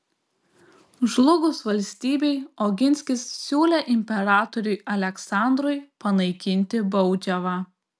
žlugus valstybei oginskis siūlė imperatoriui aleksandrui panaikinti baudžiavą